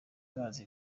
bazi